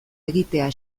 egitea